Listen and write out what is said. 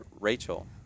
Rachel